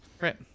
Right